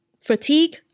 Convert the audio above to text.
fatigue